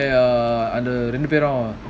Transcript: ya ya err ரெண்டுபேரும்:renduperum